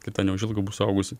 kita neužilgo bus suaugusi